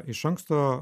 iš anksto